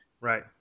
Right